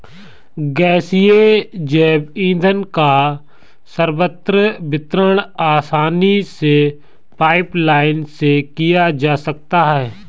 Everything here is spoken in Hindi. गैसीय जैव ईंधन का सर्वत्र वितरण आसानी से पाइपलाईन से किया जा सकता है